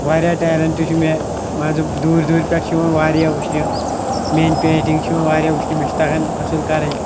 واریاہ ٹیلںٛٹ چھِ مےٚ مان ژٕ دوٗرۍ دوٗرۍ پٮ۪ٹھ چھِ یِوان واریاہ وٕچھنہِ میٛٲنۍ پینٹِنٛگ چھِ یِوان واریاہ وٕچھنہِ مےٚ چھِ تَگان اَصٕل کَرٕنۍ